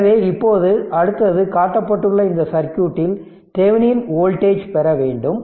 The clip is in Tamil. எனவே இப்போது அடுத்தது காட்டப்பட்டுள்ள இந்த சர்க்யூட்டில் தெவெனின் வோல்டேஜ் பெற வேண்டும்